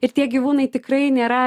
ir tie gyvūnai tikrai nėra